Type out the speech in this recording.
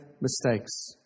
mistakes